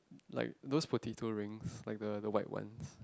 like those potato rings like the the white ones